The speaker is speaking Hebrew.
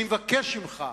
אני מבקש ממך,